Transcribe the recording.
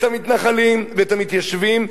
את המתנחלים ואת המתיישבים.